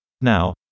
Now